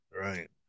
Right